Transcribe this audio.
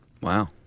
Wow